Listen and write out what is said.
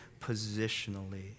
positionally